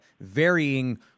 varying